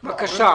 בבקשה.